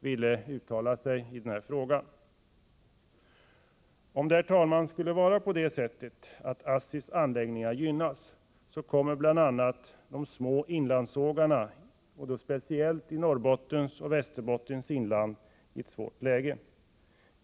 ville uttala sig i denna fråga. Om det, herr talman, skulle vara på det sättet att ASSI:s anläggningar gynnas, kommer bl.a. de små inlandssågarna speciellt inom Norrbottens och Västerbottens inland i ett svårt läge.